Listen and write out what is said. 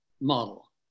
model